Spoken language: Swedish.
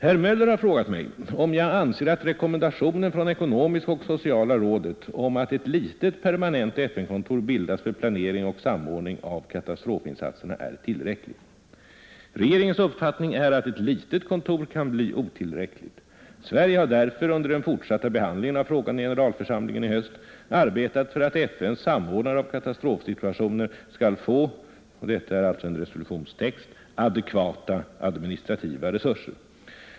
Herr Möller har frågat mig om jag anser att rekommendationen från ekonomiska och sociala rådet om att ett litet permanent FN-kontor bildas för planering och samordning av katastrofinsatserna är tillräcklig. Regeringens uppfattning är att ett litet kontor kan bli otillräckligt. Sverige har därför under den fortsatta behandlingen av frågan i generalförsamlingen i höst arbetat för att FN:s samordnare av katastrofinsatser skall få — och detta är alltså en resolutionstext — adekvata administrativa resurser.